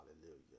Hallelujah